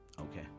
Okay